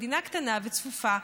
מדינה קטנה וצפופה,